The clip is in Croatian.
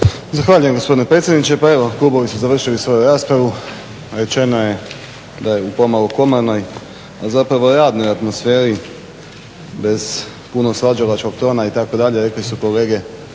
Zahvaljujem gospodine predsjedniče. Pa evo klubovi su završili svoju raspravu, rečeno je da je u pomalo komornoj a zapravo radnoj atmosferi bez puno svađalačkog toga itd. rekli su kolege